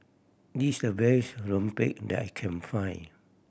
this is the best rempeyek that I can find